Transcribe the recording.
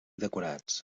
decorats